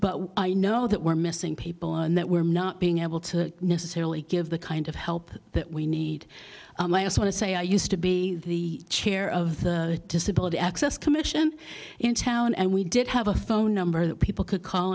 but i know that we're missing people and that we're not being able to necessarily give the kind of help that we need us want to say i used to be the chair of the disability access commission in town and we did have a phone number that people could call